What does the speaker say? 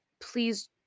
Please